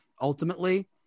ultimately